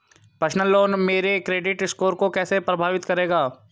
Personal loan मेरे credit score को कैसे प्रभावित करेगा?